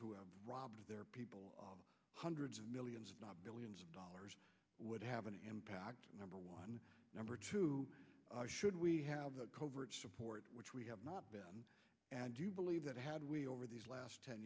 who have robbed their people hundreds of millions billions of dollars would have an impact number one number two should we have a covert support which we have not been and do you believe that had we over these last ten